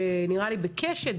נראה לי ב"קשת",